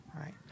right